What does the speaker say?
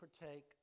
partake